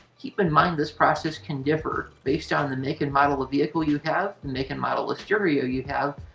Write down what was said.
keep in mind this process can differ based on the make and model of vehicle you have, and make and model of stereo you have,